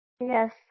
Yes